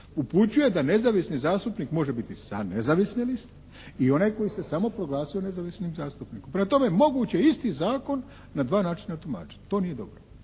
upućuje da nezavisni zastupnik može biti sa nezavisne liste i onaj koji se samo proglasio nezavisnim zastupnikom. Prema tome moguće je isti zakon na dva načina tumačiti. To nije dobro.